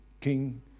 king